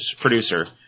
producer